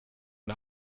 and